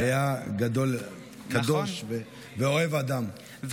הוא היה קדוש ואוהב אדם.